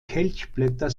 kelchblätter